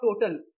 total